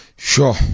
Sure